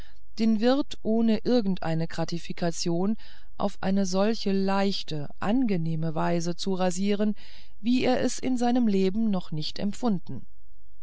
den wirt ohne irgendeine gratifikation auf eine solche leichte angenehme weise zu rasieren wie er es in seinem leben noch nicht empfunden